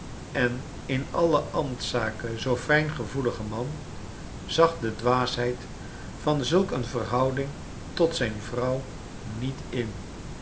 en in alle ambtszaken zoo fijngevoelige man zag de dwaasheid van zulk een verhouding tot zijn vrouw niet in